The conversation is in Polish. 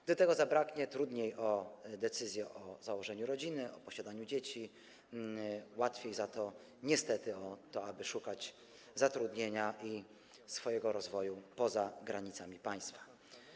Gdy tego zabraknie, trudniej o decyzję o założeniu rodziny, o posiadaniu dzieci, łatwiej za to niestety o to, aby szukać zatrudnienia i swojego rozwoju poza granicami państwa.